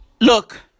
Look